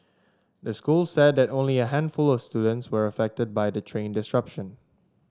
the school said that only a handful or students were affected by the train disruption